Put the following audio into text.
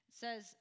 says